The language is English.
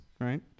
right